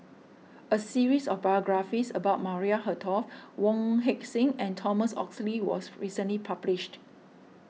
a series of biographies about Maria Hertogh Wong Heck Sing and Thomas Oxley was recently published